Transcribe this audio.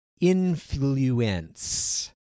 Influence